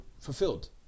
fulfilled